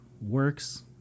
works